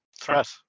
threat